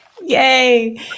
Yay